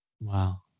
Wow